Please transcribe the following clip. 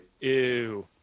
Ew